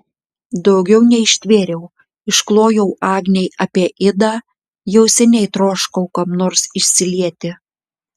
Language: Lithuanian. daugiau neištvėriau išklojau agnei apie idą jau seniai troškau kam nors išsilieti